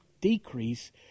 decrease